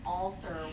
alter